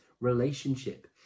relationship